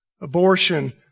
Abortion